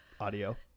audio